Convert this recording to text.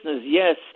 yes